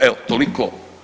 Evo, toliko.